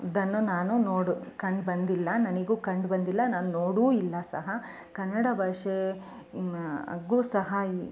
ದನ್ನು ನಾನು ನೋಡು ಕಂಡುಬಂದಿಲ್ಲ ನನಗೂ ಕಂಡುಬಂದಿಲ್ಲ ನಾನು ನೋಡೂ ಇಲ್ಲ ಸಹ ಕನ್ನಡ ಭಾಷೆಗು ಸಹ